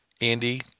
Andy